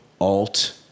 alt